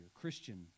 Christian